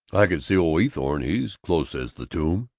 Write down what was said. i could see old eathorne. he's close as the tomb.